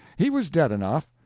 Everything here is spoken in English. he was dead enough.